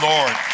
Lord